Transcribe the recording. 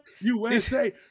USA